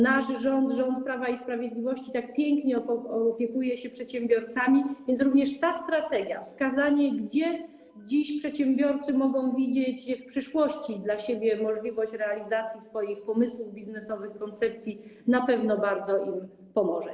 Nasz rząd, rząd Prawa i Sprawiedliwości tak pięknie opiekuje się przedsiębiorcami, więc również ta strategia, wskazanie dziś, gdzie w przyszłości przedsiębiorcy mogą widzieć dla siebie możliwość realizacji swoich pomysłów, biznesowych koncepcji, na pewno bardzo im pomoże.